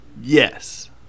yes